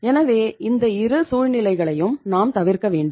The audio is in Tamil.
எனவே இந்த இரு சூழ்நிலைகளையும் நாம் தவிர்க்க வேண்டும்